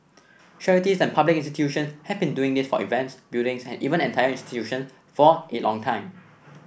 charities and public institution have been doing this for events buildings and even entire institution for a long time